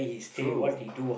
true